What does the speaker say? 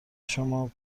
شما